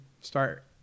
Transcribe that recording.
start